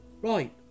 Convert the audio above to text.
Right